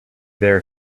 there